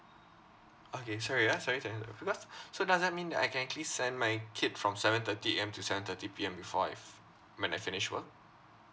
okay sorry ya sorry because so does that mean that I can actually send my kid from seven thirty A_M to seven thirty P_M before I've when I finish work